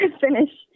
finish